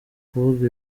kuvuga